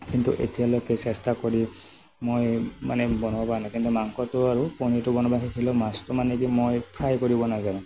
কিন্তু এতিয়ালৈকে চেষ্টা কৰি মই মানে বনাব পাৰা নাই কিন্তু মাংসটো আৰু পনীৰটো বনাব শিকিলোঁ মাছটো মানে কি মই ফ্ৰাই কৰিব নাজানোঁ